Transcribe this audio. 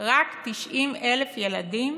רק 90,000 ילדים